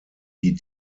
die